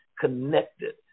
connected